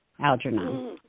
Algernon